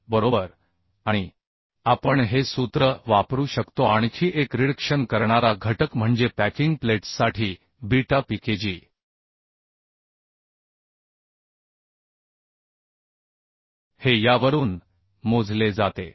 पेक्षा कमी असावा आपण हे सूत्र वापरू शकतो आणखी एक रिडक्शन करणारा घटक म्हणजे पॅकिंग प्लेट्ससाठी बीटा PKg हे यावरून मोजले जाते